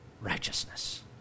righteousness